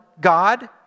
God